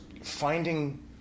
finding